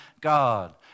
God